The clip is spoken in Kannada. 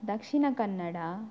ದಕ್ಷಿಣ ಕನ್ನಡ